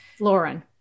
Lauren